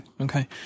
okay